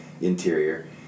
interior